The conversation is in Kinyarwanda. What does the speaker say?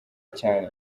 cyane